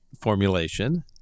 formulation